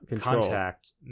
contact